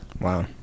wow